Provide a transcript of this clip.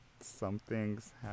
Something's